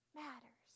matters